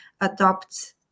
adopt